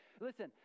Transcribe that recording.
listen